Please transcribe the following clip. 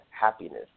happiness